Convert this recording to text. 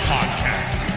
Podcast